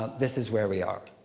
this is where we are.